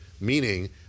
meaning